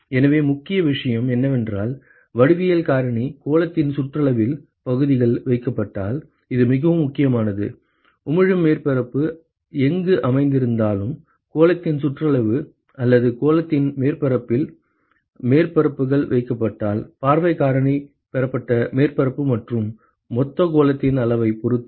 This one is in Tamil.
எனவே முக்கிய விஷயம் என்னவென்றால் வடிவியல் காரணி கோளத்தின் சுற்றளவில் பகுதிகள் வைக்கப்பட்டால் இது மிகவும் முக்கியமானது உமிழும் மேற்பரப்பு எங்கு அமைந்திருந்தாலும் கோளத்தின் சுற்றளவு அல்லது கோளத்தின் மேற்பரப்பில் மேற்பரப்புகள் வைக்கப்பட்டால் பார்வைக் காரணி பெறப்பட்ட மேற்பரப்பு மற்றும் மொத்த கோளத்தின் அளவைப் பொறுத்தது